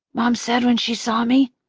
mom said when she saw me.